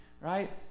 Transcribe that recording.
right